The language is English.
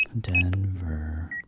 Denver